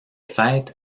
fêtes